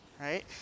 right